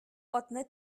атны